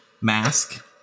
mask